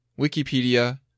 Wikipedia